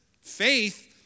faith